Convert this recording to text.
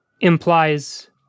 implies